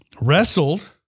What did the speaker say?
wrestled